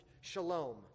shalom